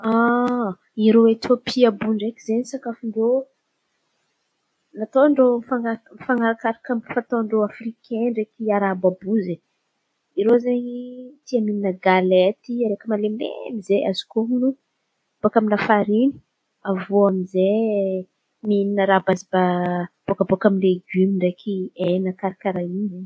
Irô Etiôpia iô àby ndraiky izen̈y sakafon-drô nataon-drô mifana- mifanarakaraka ataon-drô afrikain ndraiky arabo àby iô zen̈y. Baka amin’ny lafarin̈y aviô amizay mihin̈a raha bazy ba- balabaka amin’ny legimo ndraiky, hena karà karà in̈y.